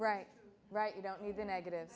right right you don't need the negative